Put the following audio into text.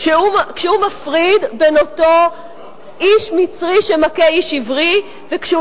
כשהוא מפריד בין אותו איש מצרי שמכה איש עברי וכשהוא